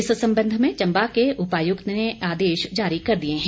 इस संबंध में चंबा के उपायुक्त ने आदेश जारी कर दिए हैं